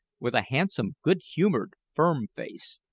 with a handsome, good-humoured, firm face.